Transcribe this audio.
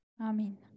Amen